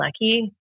lucky